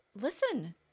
listen